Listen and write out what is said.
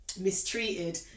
mistreated